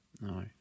No